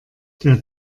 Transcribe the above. der